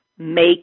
Make